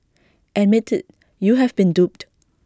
admit IT you have been duped